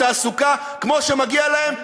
תעסוקה כמו שמגיע להם,